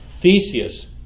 Theseus